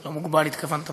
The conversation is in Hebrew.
לא מוגבל, התכוונת בשכל.